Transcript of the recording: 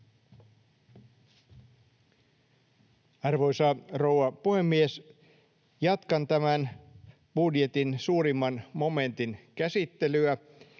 Arvoisa rouva puhemies! Jatkan tämän budjetin suurimman momentin käsittelyä.